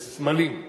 אלה סמלים.